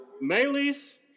melees